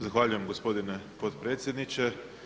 Zahvaljujem gospodine potpredsjedniče.